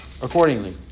Accordingly